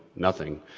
nothing.